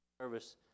service